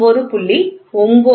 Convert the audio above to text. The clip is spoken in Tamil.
0063 39